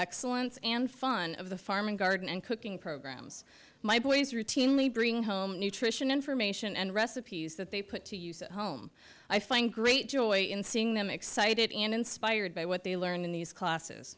excellence and fun of the farm and garden and cooking programs my boys routinely bring home nutrition information and recipes that they put to use at home i find great joy in seeing them excited and inspired by what they learned in these classes